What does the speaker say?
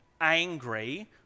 angry